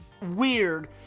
weird